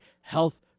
health